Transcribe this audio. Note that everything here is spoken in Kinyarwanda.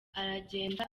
aragenda